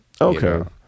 Okay